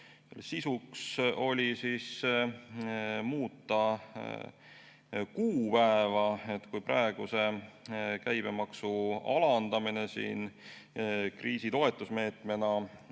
Sisuks oli muuta kuupäeva: kui praegu see käibemaksu alandamine kriisitoetusmeetmena